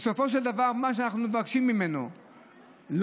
בסופו של דבר, מה שאנחנו מבקשים ממנו הוא לתקף.